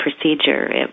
procedure